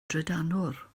drydanwr